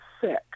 sick